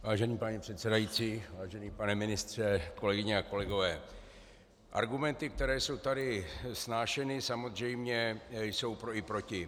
Vážený pane předsedající, vážený pane ministře, kolegyně a kolegové, argumenty, které jsou tady snášeny, samozřejmě jsou pro i proti.